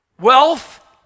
Wealth